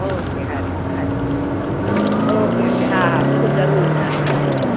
okay हरि हरिओम हरि ओके ओके हा हा बिल्कुलु ज़रूरु ईंदासीं बढ़िया